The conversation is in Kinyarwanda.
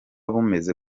bumeze